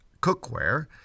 cookware